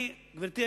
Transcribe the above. גברתי,